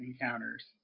encounters